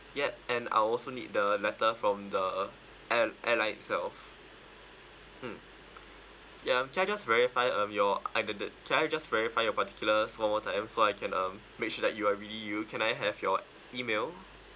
yup and I'll also need the letter from the air~ airline itself mm ya um can I just verify um your identi~ can I just verify your particulars one more time so I can um make sure that you are really you can I have your email